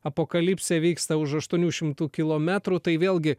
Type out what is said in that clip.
apokalipsė vyksta už aštuonių šimtų kilometrų tai vėlgi